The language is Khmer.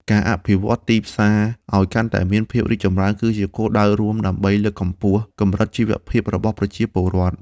ការអភិវឌ្ឍទីផ្សារឱ្យកាន់តែមានភាពរីកចម្រើនគឺជាគោលដៅរួមដើម្បីលើកកម្ពស់កម្រិតជីវភាពរបស់ប្រជាពលរដ្ឋ។